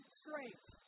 strength